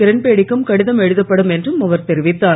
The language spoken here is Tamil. கிரண்பேடி க்கும் கடிதம் எழுதப்படும் என்றும் அவர் தெரிவித்தார்